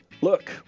Look